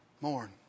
Mourn